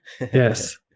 yes